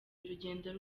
urugendo